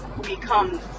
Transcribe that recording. become